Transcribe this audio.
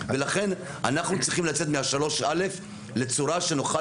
לכן אנחנו צריכים לצאת מה-3(א) לצורה שנוכל